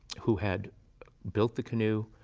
who had built the canoe,